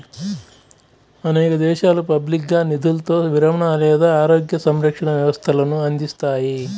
అనేక దేశాలు పబ్లిక్గా నిధులతో విరమణ లేదా ఆరోగ్య సంరక్షణ వ్యవస్థలను అందిస్తాయి